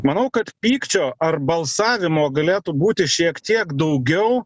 manau kad pykčio ar balsavimo galėtų būti šiek tiek daugiau